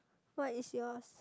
what is yours